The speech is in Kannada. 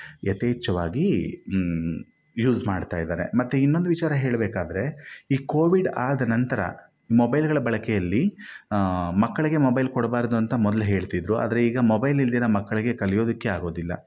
ಯಥೇಚ್ಛವಾಗಿ ಯೂಸ್ ಮಾಡ್ತಾಯಿದ್ದಾರೆ ಮತ್ತೆ ಇನ್ನೊಂದು ವಿಚಾರ ಹೇಳ್ಬೇಕಾದರೆ ಈ ಕೋವಿಡ್ ಆದ ನಂತರ ಮೊಬೈಲ್ಗಳ ಬಳಕೆಯಲ್ಲಿ ಮಕ್ಕಳಿಗೆ ಮೊಬೈಲ್ ಕೊಡಬಾರ್ದು ಅಂತ ಮೊದಲು ಹೇಳ್ತಿದ್ದರು ಆದರೆ ಈಗ ಮೊಬೈಲ್ ಇಲ್ಲದಿರಾ ಮಕ್ಕಳಿಗೆ ಕಲಿಯೋದಕ್ಕೆ ಆಗೋದಿಲ್ಲ